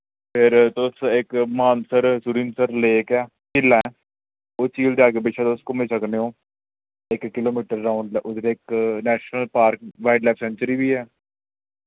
फिर तुस इक मानसर सुरिंसर लेक ऐ झील ऐ उस झील दे अग्गे पिच्छे तुस घुम्मी सकने ओ इक किलोमीटर राउंड उद्दर इक नैशनल पार्क वाइल्डलाइफ सेंचुरी वी ऐ